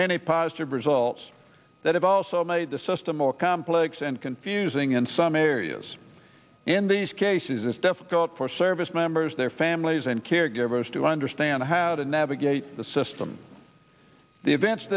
many positive results that have also made the system more complex and confusing in some areas in these cases it's difficult for service members their families and caregivers to understand how to navigate the system the events